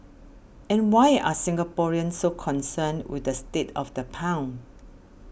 and why are Singaporeans so concerned with the state of the pound